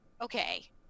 okay